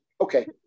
Okay